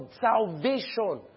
salvation